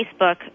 Facebook